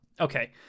Okay